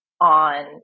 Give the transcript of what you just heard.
on